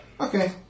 Okay